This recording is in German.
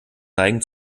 neigen